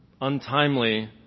untimely